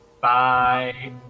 Bye